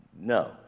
no